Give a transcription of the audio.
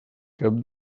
cap